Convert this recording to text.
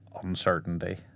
uncertainty